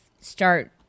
start